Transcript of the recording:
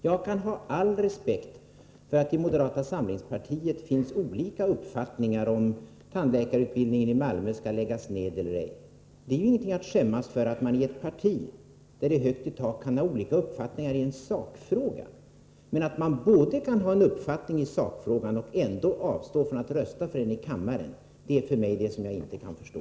Jag kan ha all respekt för att det inom moderata samlingspartiet finns olika uppfattningar om huruvida tandläkarutbildningen i Malmö skall läggas ned eller ej. Det är ingenting att skämmas för att det inom ett parti där det är högt itak finns olika uppfattningar i en sakfråga. Men att både ha en uppfattning i sakfrågor och ändå avstå från att rösta för dessa i kammaren är någonting som jag inte kan förstå.